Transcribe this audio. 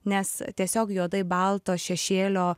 nes tiesiog juodai balto šešėlio